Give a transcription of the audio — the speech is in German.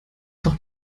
doch